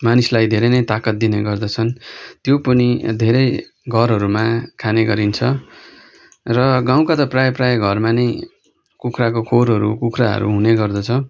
मानिसलाई धेरै नै ताकत दिने गर्दछन् त्यो पनि धेरै घरहरूमा खाने गरिन्छ र गाउँका त प्रायः प्रायः घरमा नै कुखुराको खोरहरू कुखुराहरू हुने गर्दछ